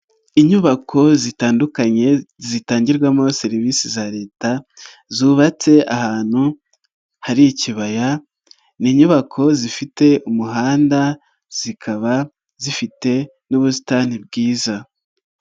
Inyubako zitandukanye zitangirwamo serivisi za Leta zubatse ahantu hari ikibaya, ni inyubako zifite umuhanda zikaba zifite n'ubusitani bwiza.